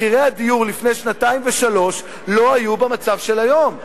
מחירי הדיור לפני שנתיים ושלוש שנים לא היו במצב של היום.